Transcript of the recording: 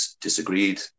disagreed